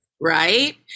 right